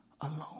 alone